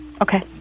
Okay